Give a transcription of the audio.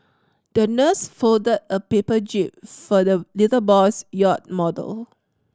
the nurse folded a paper jib for the little boy's yacht model